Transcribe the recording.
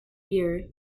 beer